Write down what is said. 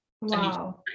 Wow